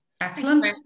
excellent